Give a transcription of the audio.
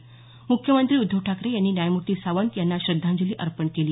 म्ख्यमंत्री उद्धव ठाकरे यांनी न्यायमूर्ती सावंत यांना श्रद्धांजली अर्पण केली